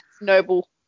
noble